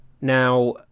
Now